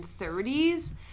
1930s